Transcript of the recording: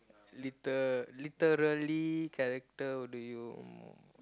liter~ literary character do you mo~